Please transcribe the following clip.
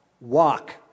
Walk